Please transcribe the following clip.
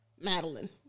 Madeline